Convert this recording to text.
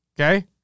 Okay